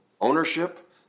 ownership